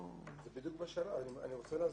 אני רוצה להסביר.